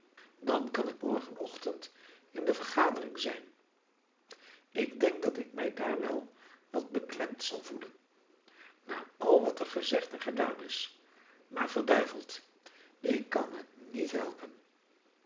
dan kan ik morgenochtend in de vergadering zijn ik denk dat ik mij daar wel wat beklemd zal voelen na al wat er gezegd en gedaan is maar verduiveld ik kan het niet helpen